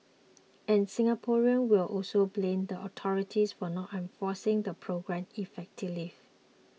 and Singaporeans will also blame the authorities for not enforcing the programme effectively